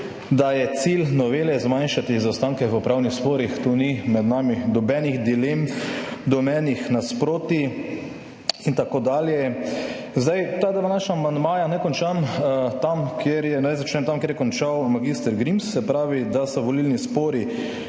da je cilj novele zmanjšati zaostanke v upravnih sporih, tu ni med nami nobenih dilem, nobenih nasprotij in tako dalje. Ta dva naša amandmaja – naj začnem tam, kjer je končal mag. Grims, se pravi, da so volilni spori